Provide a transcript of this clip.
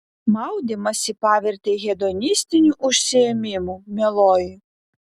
maudymąsi pavertei hedonistiniu užsiėmimu mieloji